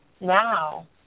now